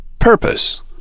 Purpose